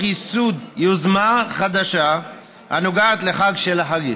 ייסוד יוזמה חדשה הנוגעת לחג של החגים.